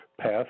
path